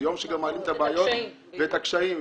זה יום שגם מעלים את הבעיות ואת הקשיים,